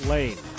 Lane